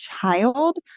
child